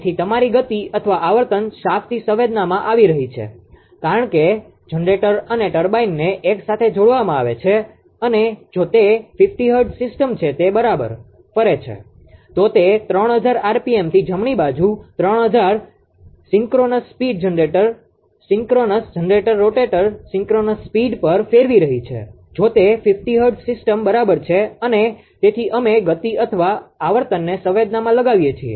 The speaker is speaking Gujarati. તેથી તમારી ગતિ અથવા આવર્તન શાફ્ટથી સંવેદનામાં આવી રહી છે કારણ કે જનરેટર અને ટર્બાઇનને એક સાથે જોડવામાં આવે છે અને જો તે 50 હર્ટ્ઝ સિસ્ટમ છે તે બરાબર ફરે છે તો તે 3000 આરપીએમ થી જમણી બાજુ 3000 synchronous speed generator synchronous generator rotator synchronous speed પર ફેરવી રહી છે જો તે 50 હર્ટ્ઝ સિસ્ટમ બરાબર છે અને તેથી અમે ગતિ અથવા આવર્તનને સંવેદનામાં લગાવીએ છીએ